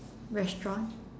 restaurant